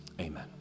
Amen